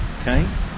Okay